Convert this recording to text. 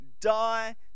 die